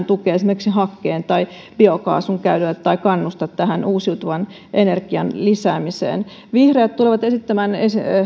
tukea esimerkiksi hakkeen tai biokaasun käytölle tai kannusta uusiutuvan energian lisäämiseen vihreät tulevat esittämään